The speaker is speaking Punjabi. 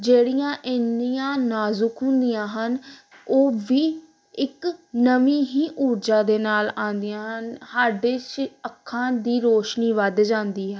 ਜਿਹੜੀਆਂ ਇੰਨੀਆਂ ਨਾਜ਼ੁਕ ਹੁੰਦੀਆਂ ਹਨ ਉਹ ਵੀ ਇੱਕ ਨਵੀਂ ਹੀ ਊਰਜਾ ਦੇ ਨਾਲ ਆਉਂਦੀਆਂ ਹਨ ਸਾਡੇ ਸ ਅੱਖਾਂ ਦੀ ਰੋਸ਼ਨੀ ਵੱਧ ਜਾਂਦੀ ਹੈ